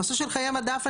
הנושא של חיי מדף,